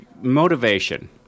motivation